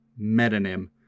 Metonym